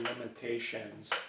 limitations